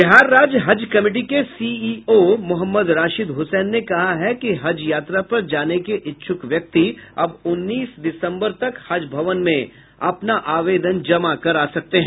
बिहार राज्य हज कमिटी के सीईओ मोहम्मद राशिद हुसैन ने कहा है कि हज यात्रा पर जाने के इच्छुक व्यक्ति अब उन्नीस दिसम्बर तक हज भवन में आवेदन जमा कार सकते हैं